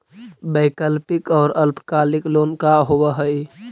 वैकल्पिक और अल्पकालिक लोन का होव हइ?